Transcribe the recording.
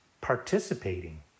Participating